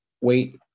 wait